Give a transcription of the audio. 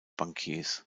bankiers